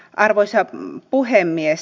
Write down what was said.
arvoisa puhemies